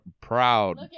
proud